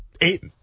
eight